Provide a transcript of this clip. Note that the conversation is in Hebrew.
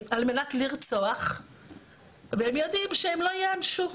על מנת לרצוח והם יודעים שהם לא יענשו,